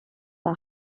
par